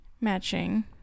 matching